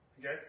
Okay